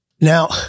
Now